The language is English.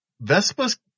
vespa's